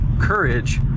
courage